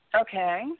Okay